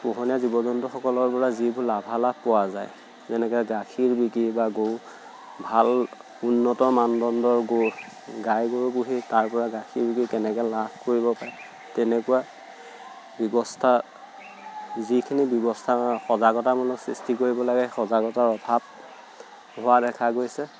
পোহনীয়া জীৱ জন্তুসকলৰ পৰা যিবোৰ লাভালাভ পোৱা যায় যেনেকে গাখীৰ বিক্ৰী বা গৰু ভাল উন্নত মানদণ্ডৰ গৰু গাই গৰু পুহি তাৰপৰা গাখীৰ বিক্ৰী কেনেকে লাভ কৰিব পাৰে তেনেকুৱা ব্যৱস্থা যিখিনি ব্যৱস্থা সজাগতা মানুহৰ সৃষ্টি কৰিব লাগে সেই সজাগতাৰ অভাৱ হোৱা দেখা গৈছে